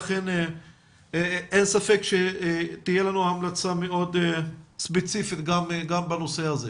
לכן אין ספק שתהיה לנו המלצה מאוד ספציפית גם בנושא הזה.